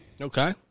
Okay